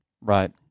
Right